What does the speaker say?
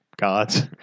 God's